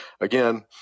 again